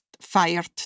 fired